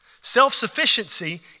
Self-sufficiency